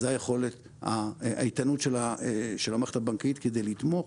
זו האיתנות של המערכת הבנקאית כדי לתמוך.